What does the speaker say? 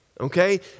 okay